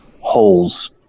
holes